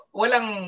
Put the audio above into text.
walang